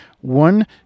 one